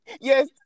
Yes